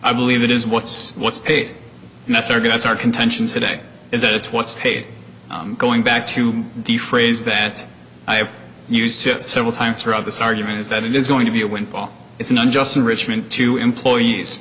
i believe it is what's what's paid and that's i guess our contention today is that it's what's paid going back to the phrase that i have used several times throughout this argument is that it is going to be a windfall it's an unjust enrichment to employees